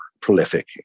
prolific